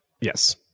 Yes